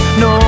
no